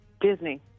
Disney